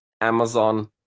Amazon